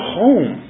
home